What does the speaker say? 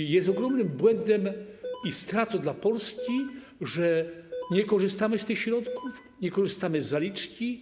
I jest ogromnym błędem i stratą dla Polski, że nie korzystamy z tych środków, nie korzystamy z zaliczki.